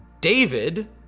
David